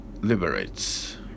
liberates